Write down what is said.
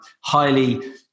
highly